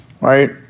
right